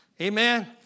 Amen